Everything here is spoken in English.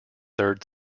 third